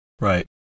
Right